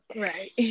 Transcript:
right